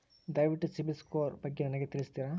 ದಯವಿಟ್ಟು ಸಿಬಿಲ್ ಸ್ಕೋರ್ ಬಗ್ಗೆ ನನಗೆ ತಿಳಿಸ್ತೀರಾ?